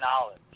knowledge